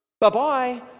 bye-bye